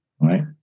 right